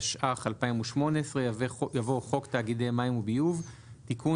התשע"ח 2018 "יבוא "חוק תאגידי מים וביוב (תיקון,